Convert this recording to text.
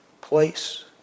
place